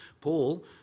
Paul